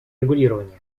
регулирования